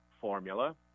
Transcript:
formula